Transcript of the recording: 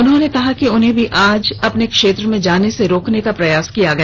उन्होंने कहा कि उन्हें भी आज क्षेत्र में जाने से रोकने का प्रयास किया गया